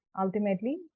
ultimately